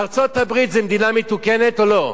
ארצות-הברית זו מדינה מתוקנת או לא?